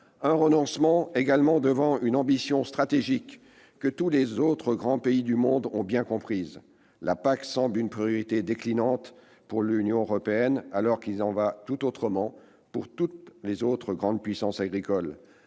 un renoncement face à une ambition stratégique que tous les autres grands pays du monde ont bien comprise. La PAC semble une priorité déclinante pour l'Union européenne, alors qu'il en va bien autrement pour toutes les autres grandes puissances agricoles.